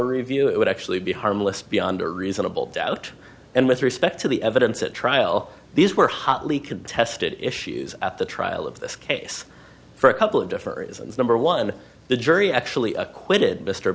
novo review it would actually be harmless beyond a reasonable doubt and with respect to the evidence at trial these were hotly contested issues at the trial of this case for a couple of different reasons number one the jury actually acquitted mr